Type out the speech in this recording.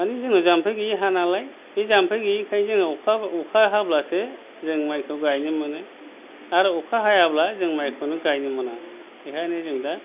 माने जोंना जाम्फै गैयै हा नालाय बे जाम्फै गैयैखाय जोङो अखा अखा हाब्लासो जों माइखौ गायनो मोनो आरो अखा हायाब्ला माइखौनो गायनो मोना बेखायनो जों दा